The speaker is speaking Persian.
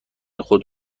خود